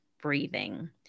breathing